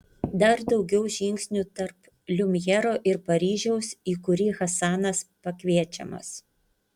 dar daugiau žingsnių tarp liumjero ir paryžiaus į kurį hasanas pakviečiamas